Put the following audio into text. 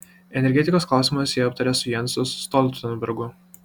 energetikos klausimus ji aptarė su jensu stoltenbergu